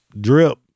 drip